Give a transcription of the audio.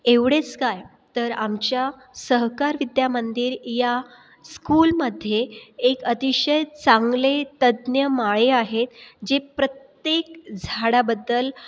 एवढेच काय तर आमच्या सहकार विद्यामंदिर या स्कूलमध्ये एक अतिशय चांगले तज्ज्ञ माळी आहे जे प्रत्येक झाडाबद्दल